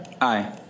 Aye